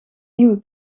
nieuwe